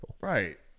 Right